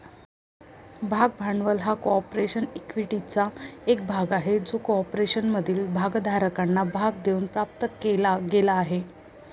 भाग भांडवल हा कॉर्पोरेशन इक्विटीचा एक भाग आहे जो कॉर्पोरेशनमधील भागधारकांना भाग देऊन प्राप्त केला गेला आहे